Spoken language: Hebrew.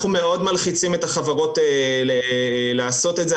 אנחנו מאוד מלחיצים את החברות לעשות את זה,